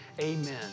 Amen